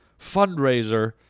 fundraiser